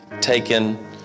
taken